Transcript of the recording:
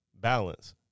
balance